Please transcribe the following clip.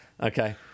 Okay